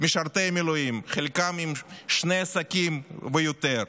משרתי מילואים, חלקם עם שני עסקים ויותר.